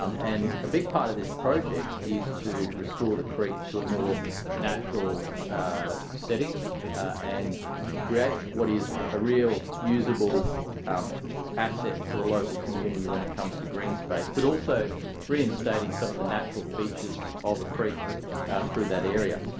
um and a big part of this project is to restore the creek to a more natural setting and create what is a real useable um asset for the local community when it comes to green space but also reinstating some of the natural features of a creek through that area.